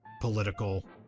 political